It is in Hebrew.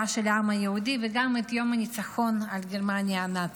של העם היהודי וגם את יום הניצחון על גרמניה הנאצית.